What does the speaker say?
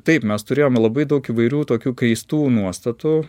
taip mes turėjom labai daug įvairių tokių keistų nuostatų